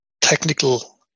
technical